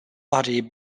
body